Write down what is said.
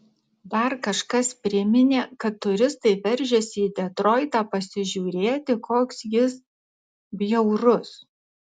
dar kažkas priminė kad turistai veržiasi į detroitą pasižiūrėti koks jis bjaurus